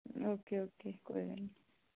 okay okay कोई गल्ल नी